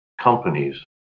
Companies